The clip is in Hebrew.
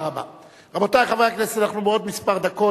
רבותי חברי הכנסת,